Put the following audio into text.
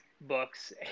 books